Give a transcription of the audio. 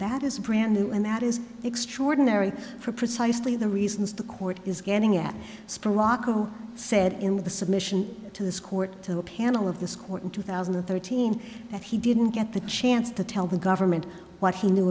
that is brand new and that is extraordinary for precisely the reasons the court is getting at spurlock who said in the submission to this court to a panel of this court in two thousand and thirteen that he didn't get the chance to tell the government what he knew